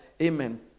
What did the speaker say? amen